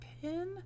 pin